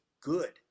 good